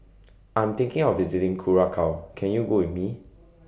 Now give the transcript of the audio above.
I'm thinking of visiting Curacao Can YOU Go with Me